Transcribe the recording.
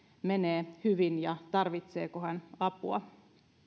menee hyvin vai tarvitseeko hän apua